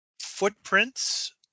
footprints